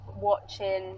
watching